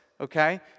Okay